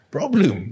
Problem